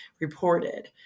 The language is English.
reported